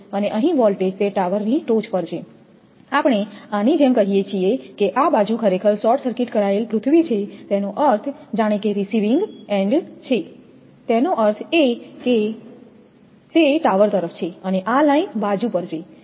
અને અહીં વોલ્ટેજ તે ટાવરની ટોચ પર છે આપણે આની જેમ કહીએ છીએ કે આ બાજુ ખરેખર શોર્ટ સર્કિટ કરાયેલ પૃથ્વી છે તેનો અર્થ જાણે કે રીસીવિંગ એન્ડ છે તેનો અર્થ એ કે તે ટાવર તરફ છે અને આ લાઈન બાજુ પર છે